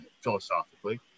philosophically